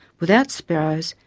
without sparrows,